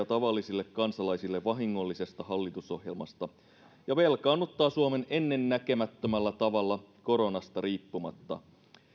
tavallisille kansalaisille vahingollisesta hallitusohjelmasta ja velkaannuttaa ennennäkemättömällä tavalla koronasta riippumatta